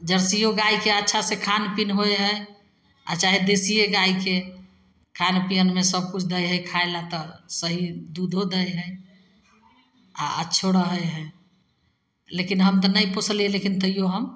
जरसिओ गाइके अच्छा से खानपीन होइ हइ आओर चाहे देसिए गाइके खानपिअनमे सबकिछु दै हइ खाइलए तऽ सही दूधो दै हइ आओर अच्छो रहै हइ लेकिन हम तऽ नहि पोसलिए लेकिन तैओ हम